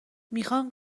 میخان